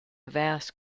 vast